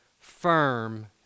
firm